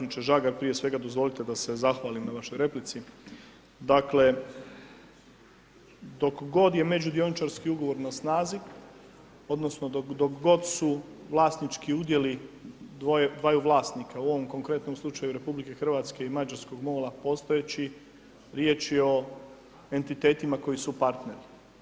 Poštovani zastupniče Žagar prije svega dozvolite da se zahvalim na vašoj replici, dakle dok god je međudioničarski ugovor na snazi odnosno dok god su vlasnički udjeli dvaju vlasnika u ovom konkretnom slučaju RH i mađarskog MOL-a postojeći riječ je o entitetima koji su partneri.